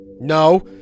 No